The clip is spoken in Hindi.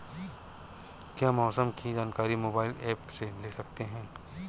क्या मौसम की जानकारी मोबाइल ऐप से ले सकते हैं?